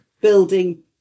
building